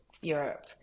Europe